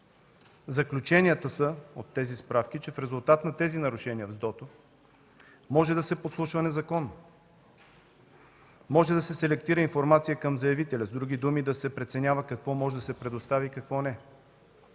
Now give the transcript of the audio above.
Заключенията от справките са, че в резултат на тези нарушения в СДОТО може да се подслушва незаконно, може да се селектира информация към заявителя, с други думи да се преценява какво може да се предостави и какво не,